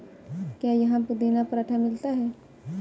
क्या यहाँ पुदीना पराठा मिलता है?